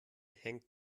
hängt